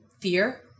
Fear